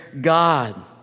God